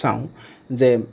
চাওঁ যে